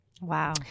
Wow